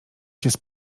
ciebie